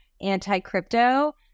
anti-crypto